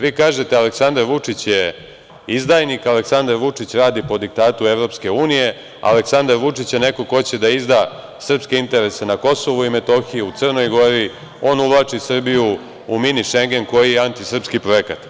Vi kažete - Aleksandar Vučić je izdajnik, Aleksandar Vučić radi po diktatu EU, Aleksandar Vučić je neko ko će da izda srpske interese na Kosovu i Metohiji, u Crnoj Gori, on uvlači Srbiju u mini Šengen, koji je antisrpski projekat.